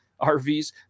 RVs